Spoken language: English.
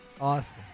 Awesome